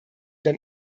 dann